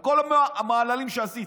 על כל המעללים שעשית.